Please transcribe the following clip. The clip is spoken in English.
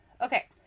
Okay